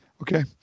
Okay